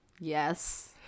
Yes